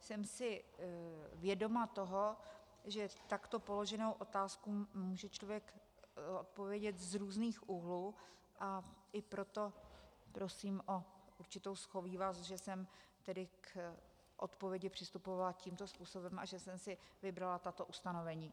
Jsem si vědoma toho, že takto položenou otázku může člověk zodpovědět z různých úhlů, a i proto prosím o určitou shovívavost, že jsem tedy k odpovědi přistupovala tímto způsobem a že jsem si vybrala tato ustanovení.